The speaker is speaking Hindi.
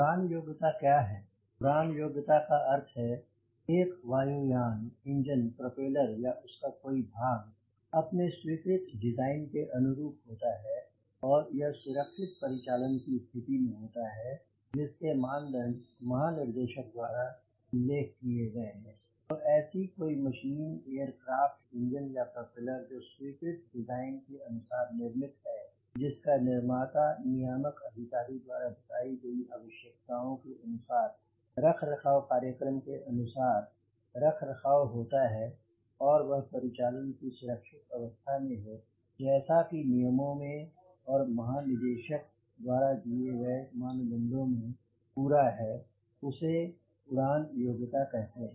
उड़ान योग्यता क्या है उड़ान योग्यता का अर्थ है एक वायु यान इंजन प्रोपेलर या उसका कोई भाग अपने स्वीकृत डिज़ाइन के अनुरूप होता है और यह सुरक्षित परिचालन की स्थिति में होता है जिसके मानदंड महानिदेशक द्वारा उल्लेख किए गए हैं तो ऐसी कोई मशीन एयरक्राफ़्ट इंजन या प्रोपेलर जो स्वीकृत डिज़ाइन के अनुसार निर्मित है जिसका निर्माता नियामक अधिकारी द्वारा बताई गई आवश्यकताओं के अनुसार रखरखाव कार्यक्रम के अनुसार रखरखाव होता है और वह परिचालन की सुरक्षित अवस्था में है जैसा कि नियमों में और महानिदेशक द्वारा दिए गए मानदंडों में पूरा है उसे उड़ान योग्यता कहते हैं